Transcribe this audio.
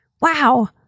wow